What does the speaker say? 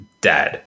Dad